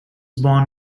born